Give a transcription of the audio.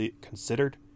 considered